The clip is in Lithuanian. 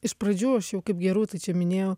iš pradžių aš jau kaip gerūtai čia minėjau